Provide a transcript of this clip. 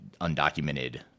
undocumented